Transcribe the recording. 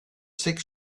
six